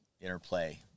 interplay